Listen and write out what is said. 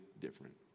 different